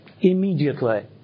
immediately